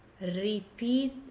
Repeat